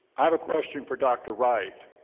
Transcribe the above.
have a question for dr. wrieft.